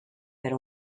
per